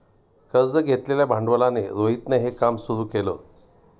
कर्ज घेतलेल्या भांडवलाने रोहितने हे काम सुरू केल